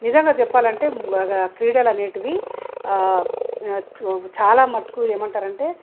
నిజంగా చెప్పాలంటే క్రీడలు అనేవి చాలా మట్టుకు ఏమంటారు అంటే